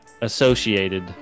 associated